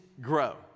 grow